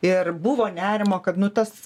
ir buvo nerimo kad nu tas